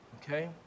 okay